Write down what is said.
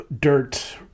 dirt